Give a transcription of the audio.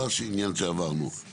לא רק עניין שעברנו.